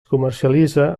comercialitza